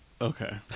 okay